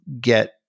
get